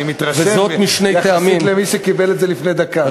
אני מתרשם, יחסית למי שקיבל את זה לפני דקה.